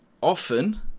often